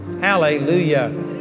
Hallelujah